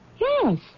Yes